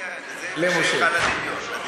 זה נשאר לך לדמיון.